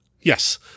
Yes